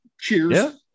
Cheers